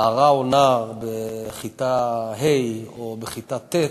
נערה או נער בכיתה ה' או בכיתה ט'